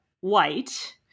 white